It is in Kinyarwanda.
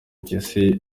impyisi